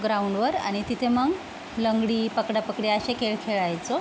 ग्राऊंडवर आणि तिथे मग लंगडी पकडापकडी असे खेळ खेळायचो